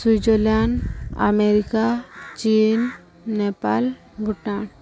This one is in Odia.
ସ୍ଵିଜରଲ୍ୟାଣ୍ଡ ଆମେରିକା ଚୀନ ନେପାଳ ଭୁଟାନ